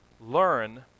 learn